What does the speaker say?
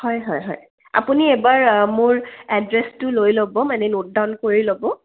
হয় হয় হয় আপুনি এবাৰ মোৰ এড্ৰেছটো লৈ ল'ব মানে নোট ডাউন কৰি ল'ব